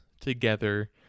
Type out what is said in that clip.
together